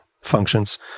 functions